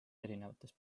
erinevatest